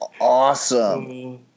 awesome